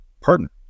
partner